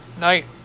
night